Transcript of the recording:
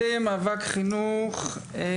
חני נדב,